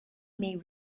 may